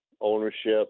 ownership